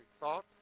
thought